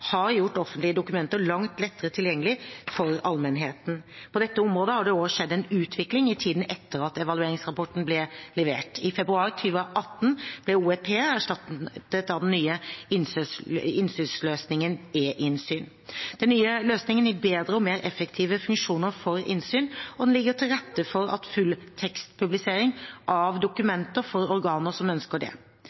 har gjort offentlige dokumenter langt lettere tilgjengelig for allmennheten. På dette området har det også skjedd en utvikling i tiden etter at evalueringsrapporten ble levert. I februar 2018 ble OEP erstattet av den nye innsynsløsningen eInnsyn. Den nye løsningen gir bedre og mer effektive funksjoner for innsyn, og den legger til rette for fulltekstpublisering av dokumenter for organer som ønsker det.